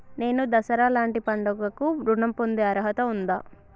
నేను దసరా లాంటి పండుగ కు ఋణం పొందే అర్హత ఉందా?